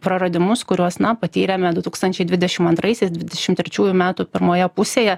praradimus kuriuos na patyrėme du tūkstančiai dvidešim antraisiais dvidešim trečiųjų metų pirmoje pusėje